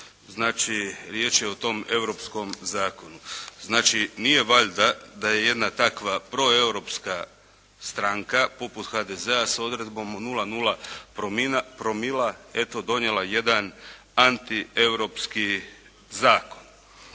znači riječ je o tom europskom zakonu. Znači nije valjda da je jedna takva proeuropska stranka, poput HDZ-a, sa odredbom od 0,0 promila, eto donijela jedan antieuropski zakon.